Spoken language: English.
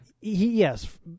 Yes